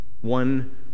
one